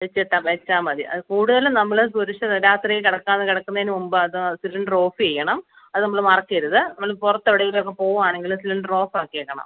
സുച്ചിട്ട് വെച്ചാൽ മതി അത് കൂടുതലും നമ്മൾ സുരഷിതം രാത്രി കിടക്കാതെ കിടക്കുന്നതിന് മുമ്പ് അത് സിലിണ്ടറ് ഓഫ് ചെയ്യണം അത് നമ്മൾ മറക്കരുത് നമ്മൾ പുറത്ത് എവിടെയെങ്കിലും ഒക്കെ പോവുകയാണെങ്കിൽ സിലിണ്ടറ് ഓഫ് ആക്കി ഇടണം